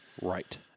Right